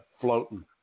floating